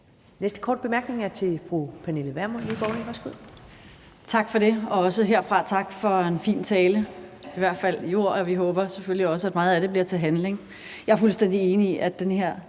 næste korte bemærkning er til fru Pernille Vermund,